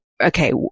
okay